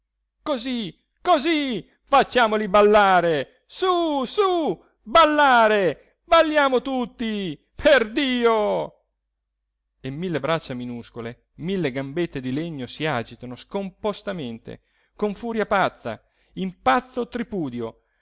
così così facciamoli ballare su su ballare balliamo tutti perdio e mille braccia minuscole mille gambette di legno si agitano scompostamente con furia pazza in pazzo tripudio